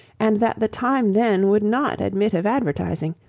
and that the time then would not admit of advertising,